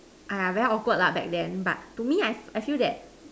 !aiya! very awkward lah back then but to me I I feel that